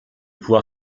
pouvoir